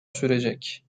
sürecek